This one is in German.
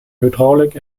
hydraulik